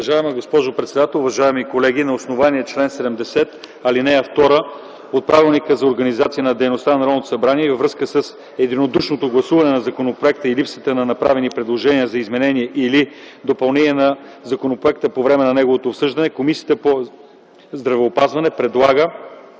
Уважаема госпожо председател, уважаеми колеги! На основание чл. 70, ал. 2 от Правилника за организацията и дейността на Народното събрание, във връзка с единодушното гласуване на законопроекта и липсата на направени предложения за изменения или допълнения на законопроекта по време на неговото обсъждане, Комисията по здравеопазването предлага